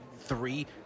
three